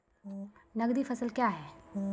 नगदी फसल क्या हैं?